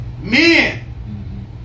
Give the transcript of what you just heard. men